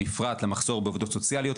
בפרט למחסור בעובדות סוציאליות,